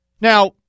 Now